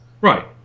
Right